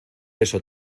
eso